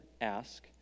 ask